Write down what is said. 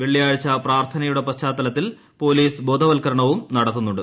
വെള്ളിയാഴ്ച പ്രാർത്ഥനയുടെ പശ്ചാത്തലത്തിൽ പൊല്ലീസ് ബോധവൽക്കരണവും നടത്തുന്നുണ്ട്